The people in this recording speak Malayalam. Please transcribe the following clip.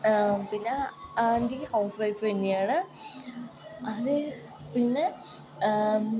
പിന്നെ ആൻറ്റി ഹൗസ് വൈഫ് തന്നെയാണ് അതെ പിന്നെ